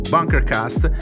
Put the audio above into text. BunkerCast